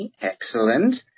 Excellent